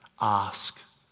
Ask